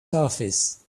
surface